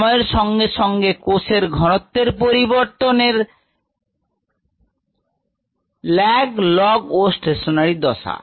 সময়ের সঙ্গে সঙ্গে কোষের ঘনত্বের পরিবর্তন হল lag log ও স্টেশনারী দশা